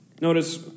Notice